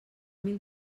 mil